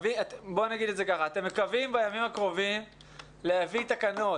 אתם מקווים בימים הקרובים להביא תקנות